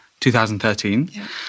2013